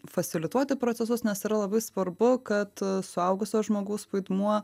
fasilituoti procesus nes yra labai svarbu kad suaugusio žmogaus vaidmuo